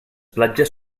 platges